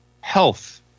health